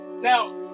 Now